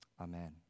Amen